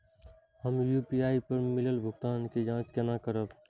हम यू.पी.आई पर मिलल भुगतान के जाँच केना करब?